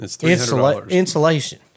insulation